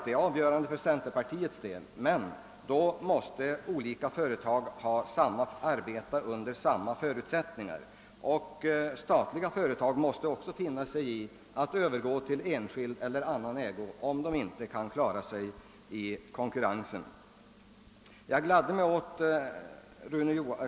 Det är avgörande också för centerpartiets syn, men då måste olika företag arbeta under samma förutsättningar och man måste finna sig i att även statliga företag övergår i enskild eller annan ägo, om de inte klarar sig i konkurrensen.